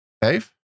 Dave